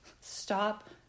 Stop